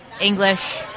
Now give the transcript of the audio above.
English